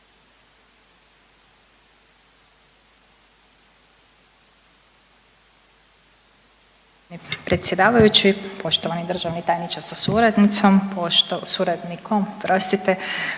Predsjedavajući, poštovani državni tajniče sa suradnicom, suradnikom